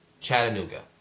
Chattanooga